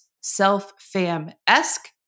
self-fam-esque